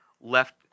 left-